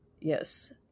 yes